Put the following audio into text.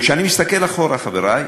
כשאני מסתכל אחורה, חברי,